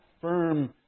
firm